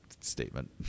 statement